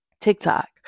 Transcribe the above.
TikTok